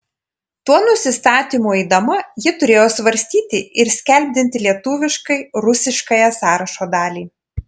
tuo nusistatymu eidama ji turėjo svarstyti ir skelbdinti lietuviškai rusiškąją sąrašo dalį